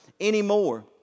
anymore